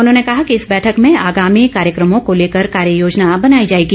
उन्होंने कहा कि इस बैठक में आगामी कार्यक्रमों को लेकर कार्य योजना बनाई जाएगी